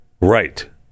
right